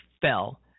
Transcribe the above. fell